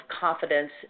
confidence